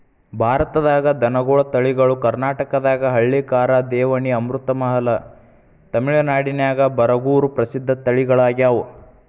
ಭಾರತದಾಗ ದನಗೋಳ ತಳಿಗಳು ಕರ್ನಾಟಕದಾಗ ಹಳ್ಳಿಕಾರ್, ದೇವನಿ, ಅಮೃತಮಹಲ್, ತಮಿಳನಾಡಿನ್ಯಾಗ ಬರಗೂರು ಪ್ರಸಿದ್ಧ ತಳಿಗಳಗ್ಯಾವ